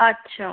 अच्छा